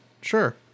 Sure